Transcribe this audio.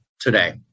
today